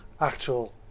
actual